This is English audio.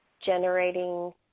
generating